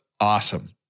awesome